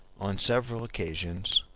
on several occasions,